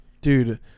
dude